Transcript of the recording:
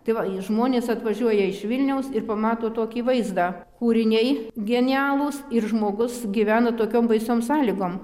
tai va žmonės atvažiuoja iš vilniaus ir pamato tokį vaizdą kūriniai genialūs ir žmogus gyvena tokiom baisiom sąlygom